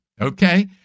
Okay